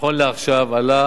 נכון לעכשיו, עלה